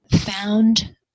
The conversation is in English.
found